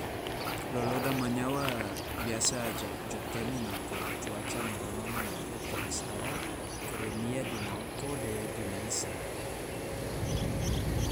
Loloda manyawa biasa ja jo temo nako cuaca ma romanga manege kore sara, kore mie, dina oko, de dina isa.